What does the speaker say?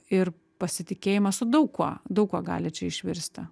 ir pasitikėjimą su daug kuo daug kuo gali čia išvirsti